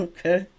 Okay